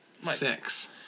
six